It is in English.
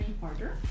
harder